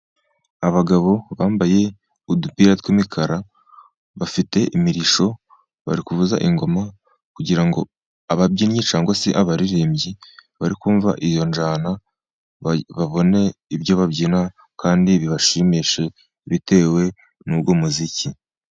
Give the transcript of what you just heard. Abagabo bambaye udupira tw'imikara bafite imirishyo bari kuvuza ingoma, kugira ababyinnyi cyangwa se abaririmbyi bari kumva iyo njyana babone ibyo babyina, kandi bibashimishe bitewe nuwo umuziki.